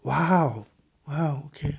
!wow! !wow! okay